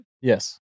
Yes